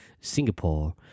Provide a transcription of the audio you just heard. Singapore